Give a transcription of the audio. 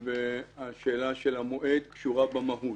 השאלה של המועד קשורה במהות.